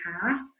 path